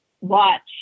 watch